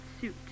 suit